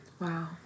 Wow